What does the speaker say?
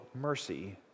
mercy